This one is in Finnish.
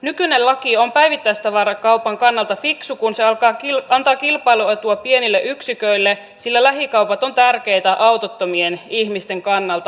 nykyinen laki on päivittäistavarakaupan kannalta fiksu kun se antaa kilpailuetua pienille yksiköille sillä lähikaupat ovat tärkeitä autottomien ihmisten kannalta